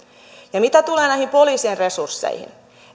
ja mitä tulee näihin poliisien resursseihin niin